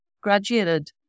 graduated